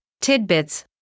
tidbits